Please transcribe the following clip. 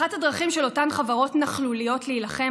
אחת הדרכים של אותן חברות נכלוליות להילחם